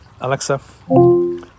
Alexa